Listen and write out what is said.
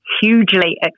hugely